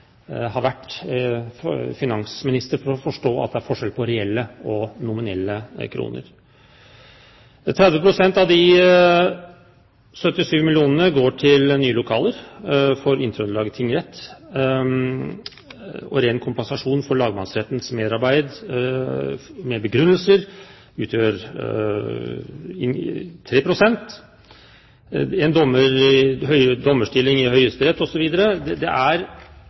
ha vært finansminister for å forstå at det er forskjell på reelle og nominelle kroner. 30 pst. av de 77 mill. kr går til nye lokaler for Inn-Trøndelag tingrett, ren kompensasjon for lagmannsrettens merarbeid med begrunnelser utgjør 3 pst., en dommerstilling i Høyesterett osv. – det er